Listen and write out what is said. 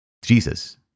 Jesus